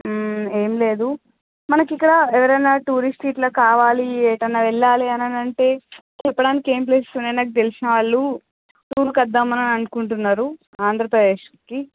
ఏమి లేదు మనకి ఇక్కడ ఎవరన్న టూరిస్ట్ ఇట్ల కావాలి ఎటు అన్న వెళ్లాలి అని అంటే చెప్పడానికి ఏం ప్లేసెస్ నాకు తెలిసిన వాళ్ళు టూర్కి వద్దామని అనుకుంటున్నారు ఆంధ్ర ప్రదేశ్కి